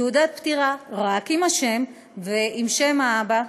תעודת פטירה רק עם השם ועם שם האבא,